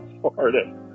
Florida